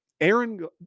Aaron